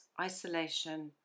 isolation